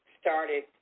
started